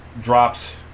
drops